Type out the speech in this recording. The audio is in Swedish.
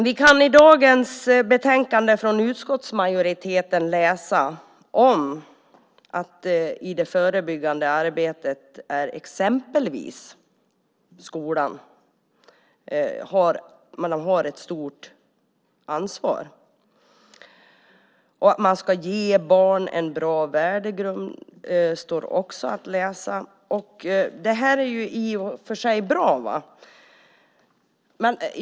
Vi kan i dagens betänkande från utskottsmajoriteten läsa att exempelvis skolan har ett stort ansvar i det förebyggande arbetet, och att man ska ge barn en bra värdegrund. Det är i och för sig bra.